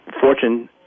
Fortune